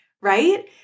right